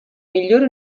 migliori